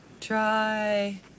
Try